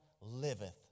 liveth